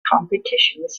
competitions